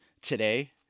today